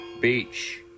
beach